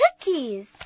cookies